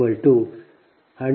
00005188